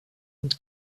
und